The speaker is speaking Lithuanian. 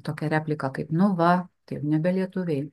tokią repliką kaip nu va tai jau nebe lietuviai